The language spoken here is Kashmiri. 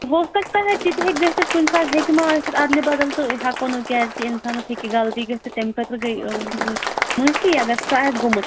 ہوسکتا ہے تِتہِ ہیٚکہِ گٔژتھ کُنہِ ساتہٕ ہیٚکہِ ما أسِتھ اَدلہِ بَدل تہٕ ہیٚکو نہٕ کیازِ کہِ اِنسانس ہیٚکہِ غلطی گٔژِتھ تمہِ خٲطرٕ گٔے معافی اگر سُہ آسہِ گوٚمُت